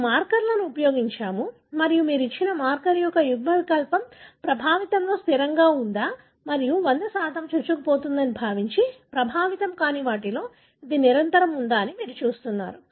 మనము మార్కర్లను ఉపయోగించాము మరియు మీరు ఇచ్చిన మార్కర్ యొక్క యుగ్మవికల్పం ప్రభావితంలో స్థిరంగా ఉందా మరియు 100 చొచ్చుకుపోతుందని భావించి ప్రభావితం కాని వాటిలో ఇది నిరంతరం ఉందా అని మీరు చూస్తున్నారు